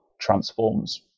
transforms